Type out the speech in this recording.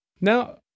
now